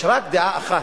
יש רק דעה אחת,